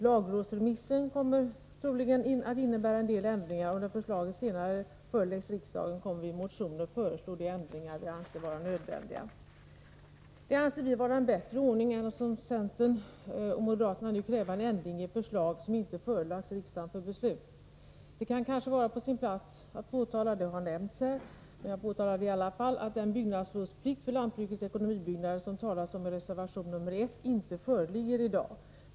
Lagrådsremissen kommer troligen att innebära en del ändringar, och när förslaget senare föreläggs riksdagen kommer vi i motioner att föreslå de ändringar vi anser vara nödvändiga. "Detta anser vi vara en bättre ordning än att, som centern och moderaterna, nu kräva en ändring i ett förslag som inte förelagts riksdagen för beslut. Det kan kanske vara på sin plats att påtala — även om det redan har nämnts — att den byggnadslovsplikt för lantbrukets ekonomibyggnader som det talas omi reservation 1 inte föreligger i dag.